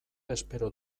espero